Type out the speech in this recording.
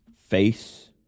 Face